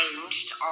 arranged